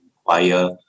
require